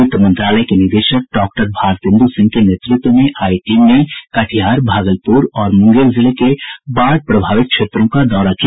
वित्त मंत्रालय के निदेशक डॉक्टर भारतेन्दु सिंह के नेतृत्व में आयी टीम ने कटिहार भागलपूर और मूंगेर जिले के बाढ़ प्रभावित क्षेत्रों का दौरा किया